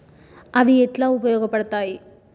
అవి ఎట్లా ఉపయోగ పడతాయి?